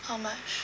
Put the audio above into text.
how much